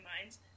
minds